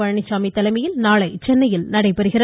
பழனிச்சாமி தலைமையில் நாளை சென்னையில் நடைபெறுகிறது